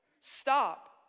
stop